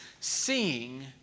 seeing